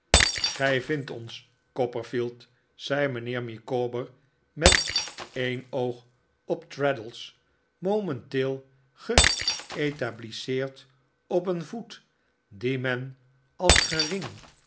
gij vindt ons copperfield zei mijnheer micawber met een oog op traddles momenteel geetablisseerd oo een voet dien men als gering